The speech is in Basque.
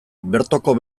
bertoko